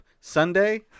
Sunday